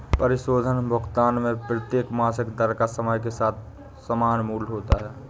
परिशोधन भुगतान में प्रत्येक मासिक दर का समय के साथ समान मूल्य होता है